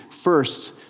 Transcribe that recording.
first